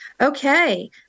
Okay